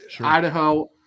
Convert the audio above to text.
Idaho